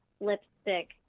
lipstick